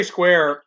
Square